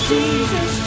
Jesus